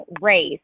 race